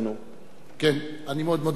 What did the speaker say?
אני מאוד מודה לך על תשובותיך.